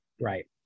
Right